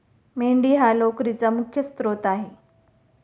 मेंढी हा लोकरीचा मुख्य स्त्रोत आहे